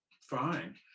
fine